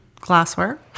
glassware